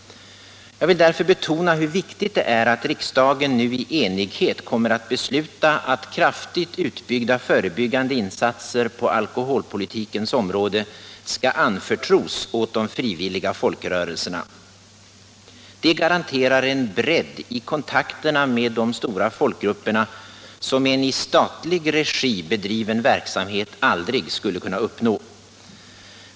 Jag vill därför betona hur viktigt det är att riksdagen nu i enighet kommer att besluta att kraftigt utbyggda förebyggande insatser på alkoholpolitikens område skall anförtros åt de frivilliga folkrörelserna. Det garanterar en bredd i kontakterna med de stora folkgrupperna som en i statlig regi bedriven verksamhet aldrig skulle kunna uppnå.